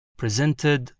presented